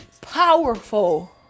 powerful